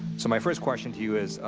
so my first question to you is, ah,